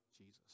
Jesus